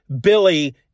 Billy